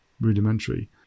rudimentary